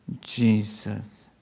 Jesus